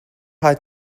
eyed